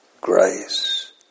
grace